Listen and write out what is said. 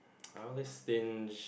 I always binge